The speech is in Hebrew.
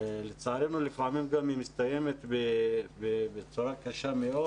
לצערנו לפעמים היא גם מסתיימת בצורה קשה מאוד,